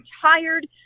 tired